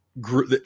grew